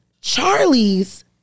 Charlie's